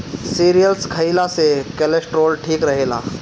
cereals खइला से cholesterol ठीक रहेला